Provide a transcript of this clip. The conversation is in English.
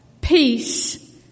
Peace